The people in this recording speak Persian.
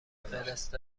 فهرست